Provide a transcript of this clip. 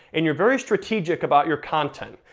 and you're very strategic about your content,